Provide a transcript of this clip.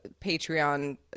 Patreon